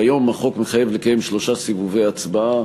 כיום החוק מחייב לקיים שלושה סיבובי הצבעה.